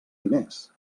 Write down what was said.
diners